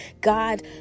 God